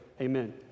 Amen